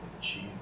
achieve